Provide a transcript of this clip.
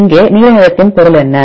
இங்கே நீல நிறத்தின் பொருள் என்ன